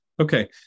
Okay